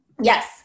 Yes